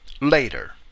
later